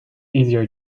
easier